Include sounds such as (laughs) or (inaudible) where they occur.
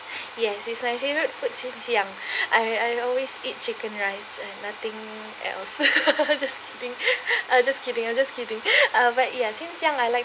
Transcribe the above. yes it's my favourite food since young I I always eat chicken rice and nothing else (laughs) just kidding (breath) I was just kidding I was just kidding (breath) (noise) but ya since young I like